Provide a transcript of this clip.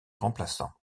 remplaçant